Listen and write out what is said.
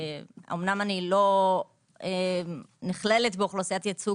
אמנם אני לא נכללת באוכלוסיית ייצוג